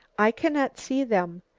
i cannot see them.